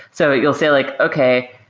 so you'll say like, okay.